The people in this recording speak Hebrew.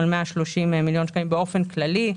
130 מיליון שקלים באופן כללי.